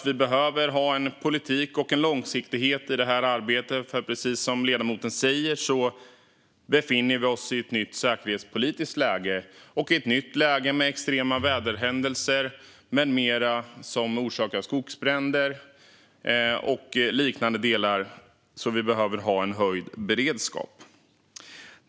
Vi behöver ha en politik och en långsiktighet i det här arbetet, för precis som ledamoten säger befinner vi oss i ett nytt säkerhetspolitiskt läge och i ett nytt läge med extrema väderhändelser, som orsakar skogsbränder med mera, och liknande delar som vi behöver ha höjd beredskap för.